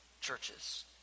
churches